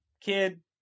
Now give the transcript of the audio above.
kid